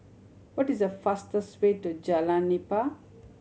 what is the fastest way to Jalan Nipah